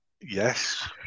Yes